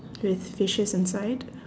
with fishes inside